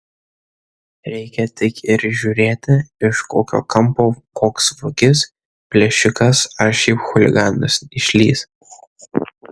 reikia tik ir žiūrėti iš kokio kampo koks vagis plėšikas ar šiaip chuliganas išlįs